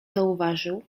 zauważył